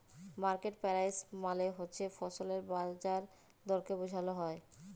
market price মালে হছে ফসলের বাজার দরকে বুঝাল হ্যয়